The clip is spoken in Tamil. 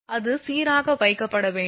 அது சீராக வைக்கப்பட வேண்டும்